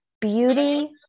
beauty